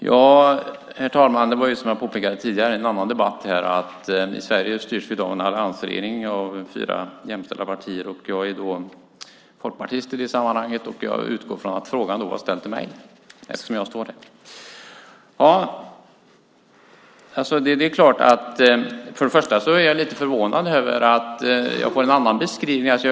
Herr talman! Jag påpekade tidigare i en annan debatt att Sverige i dag styrs av en alliansregering med fyra jämställda partier. Jag är folkpartist i det sammanhanget, och jag utgår från att frågan var ställd till mig eftersom jag står här. Först och främst är jag lite förvånad över att jag får en annan beskrivning här.